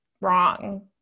wrong